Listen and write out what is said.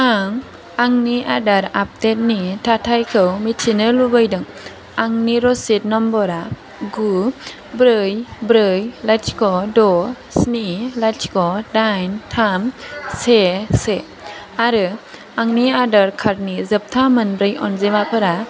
आं आंनि आदार आपडेटनि थाथायखौ मिथिनो लुबैदों आंनि रसिद नम्बरा गु ब्रै ब्रै लाथिख' द' स्नि लाथिख' दाइन थाम से आरो आंनि आदार कार्डनि जोबथा मोनब्रै अनजिमाफोरा